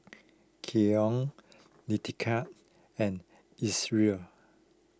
Keon Letica and Isreal